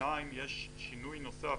שנית, יש שינוי נוסף.